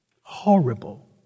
horrible